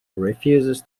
refuses